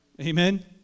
Amen